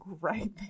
right